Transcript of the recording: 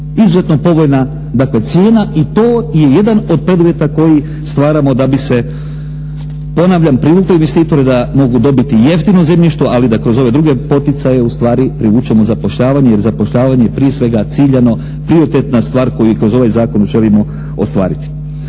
Izuzetno povoljna dakle cijena i to je jedan od preduvjeta koji stvaramo da bi se ponavljam privuklo investitore da mogu dobiti jeftino zemljište ali da kroz ove druge poticaje ustvari privučemo zapošljavanje jer zapošljavanje je prije svega ciljano, prioritetna stvar koju i kroz ovaj zakon želimo ostvariti.